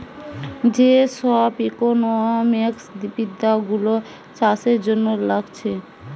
যে সব ইকোনোমিক্স বিদ্যা গুলো চাষের জন্যে লাগছে